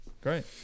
great